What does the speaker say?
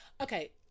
Okay